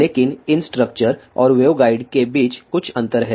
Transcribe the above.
लेकिन इन स्ट्रक्चर और वेवगाइड के बीच कुछ अंतर हैं